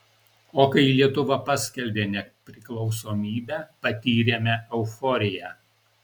o kai lietuva paskelbė nepriklausomybę patyrėme euforiją